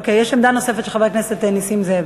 אוקיי, יש עמדה נוספת של חבר הכנסת נסים זאב.